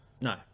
No